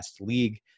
League